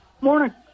Morning